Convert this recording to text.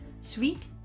sweet